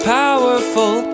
powerful